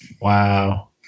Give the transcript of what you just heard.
Wow